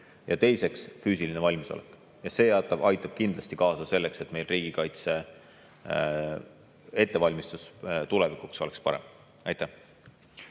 Teiseks, füüsiline valmisolek. See aitab kindlasti kaasa sellele, et meil riigikaitse ettevalmistus tulevikuks oleks parem. Leo